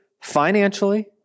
financially